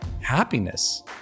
happiness